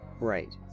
Right